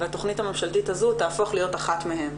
התכנית הממשלתית הזו תהפוך להיות אחת מהן,